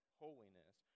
holiness